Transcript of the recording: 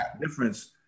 difference